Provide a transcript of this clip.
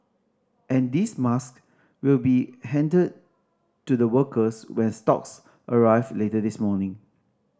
and these mask will be handed to the workers when stocks arrive later this morning